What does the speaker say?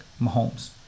Mahomes